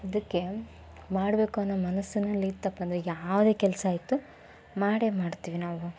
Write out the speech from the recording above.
ಅದಕ್ಕೆ ಮಾಡಬೇಕು ಅನ್ನೋ ಮನಸ್ಸಿನಲ್ಲಿತ್ತಪ್ಪ ಅಂದರೆ ಯಾವುದೇ ಕೆಲಸ ಆಯಿತು ಮಾಡೇ ಮಾಡ್ತೀವಿ ನಾವು